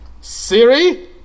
Siri